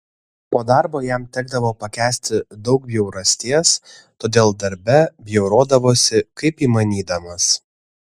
po darbo jam tekdavo pakęsti daug bjaurasties todėl darbe bjaurodavosi kaip įmanydamas